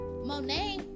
Monet